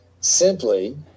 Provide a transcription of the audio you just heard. simply